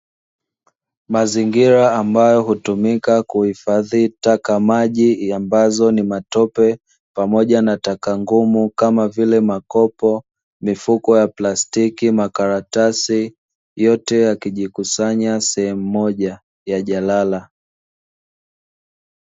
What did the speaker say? Mazingira ambayo hutumika kuhifadhi taka maji ambazo ni matope pamoja nataka ngumu kama vile; makopo, mifuko ya plastiki, makaratasi yote yakijikusanya sehemu moja ya jalala.